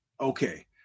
Okay